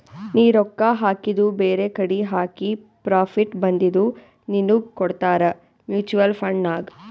ನೀ ರೊಕ್ಕಾ ಹಾಕಿದು ಬೇರೆಕಡಿ ಹಾಕಿ ಪ್ರಾಫಿಟ್ ಬಂದಿದು ನಿನ್ನುಗ್ ಕೊಡ್ತಾರ ಮೂಚುವಲ್ ಫಂಡ್ ನಾಗ್